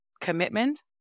commitment